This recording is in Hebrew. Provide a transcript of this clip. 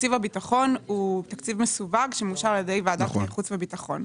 תקציב הביטחון הוא תקציב מסווג שמאושר על ידי ועדת חוץ וביטחון.